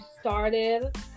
started